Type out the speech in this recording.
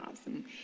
awesome